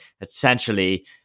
essentially